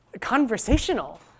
conversational